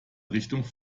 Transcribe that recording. richtung